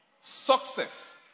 success